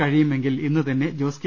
കഴിയുമെങ്കിൽ ഇന്നു തന്നെ ജോസ് കെ